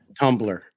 Tumblr